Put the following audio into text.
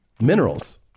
Minerals